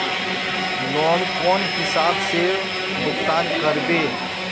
Loan कौन हिसाब से भुगतान करबे?